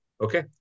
Okay